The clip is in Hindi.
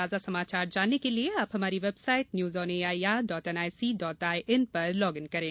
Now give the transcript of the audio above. ताजा समाचार जानने के लिए आप हमारी website news on A I R dot N I C dot I N पर लॉग इन करें